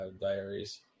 Diaries